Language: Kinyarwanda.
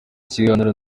kiganiro